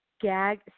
gag